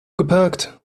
geparkt